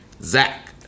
Zach